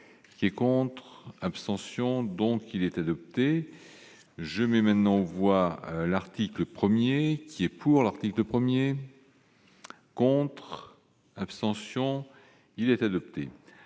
Qui est contre l'abstention, donc il est adopté, je mets maintenant aux voix, l'article 1er qui est pour l'article 1er. Contre, abstention. Il est adopté